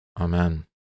Amen